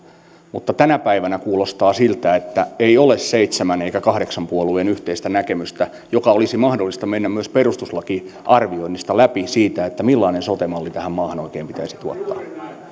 mutta tänä päivänä kuulostaa siltä että ei ole seitsemän eikä kahdeksan puolueen yhteistä näkemystä jonka olisi mahdollista mennä myös perustuslakiarvioinnista läpi siitä millainen sote malli tähän maahan oikein pitäisi tuottaa